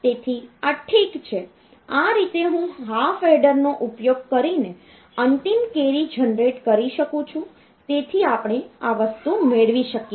તેથી આ ઠીક છે આ રીતે હું હાફ એડર નો ઉપયોગ કરીને અંતિમ કેરી જનરેટ કરી શકું જેથી આપણે આ વસ્તુ મેળવી શકીએ